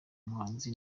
muhanzi